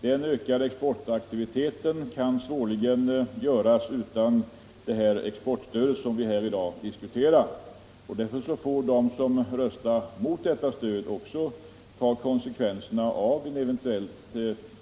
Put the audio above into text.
Den ökade exportaktiviteten kan svårligen åstadkommas utan det exportstöd som vi i dag diskuterar, och därför får de som röstar mot detta stöd också ta konsekvenserna av en eventuellt